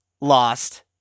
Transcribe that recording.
Lost